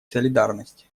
солидарности